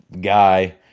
guy